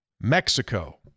Mexico